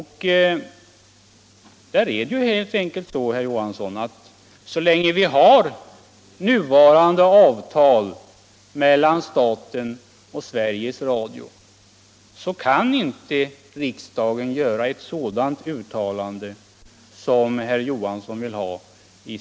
Här förhåller det sig helt enkelt så, herr Johansson, att så länge vi har det nuvarande avtalet mellan staten och Sveriges Radio kan riksdagen inte göra ett sådant uttalande som herr Johansson vill ha.